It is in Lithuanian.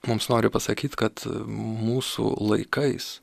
mums nori pasakyt kad mūsų laikais